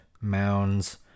mounds